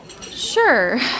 Sure